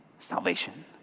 Salvation